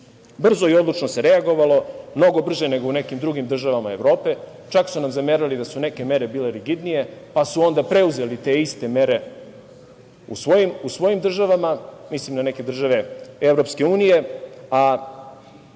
Brzo i odlučno se reagovalo. Mnogo brže nego u nekim državama Evrope, čak su nam zamerali da su neke mere bile rigidnije, pa su onda preuzeli te iste mere u svojim državama, mislim na neke države EU, a